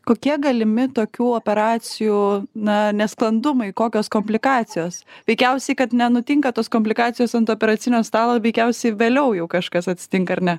kokie galimi tokių operacijų na nesklandumai kokios komplikacijos veikiausiai kad nenutinka tos komplikacijos ant operacinio stalo veikiausiai vėliau jau kažkas atsitinka ar ne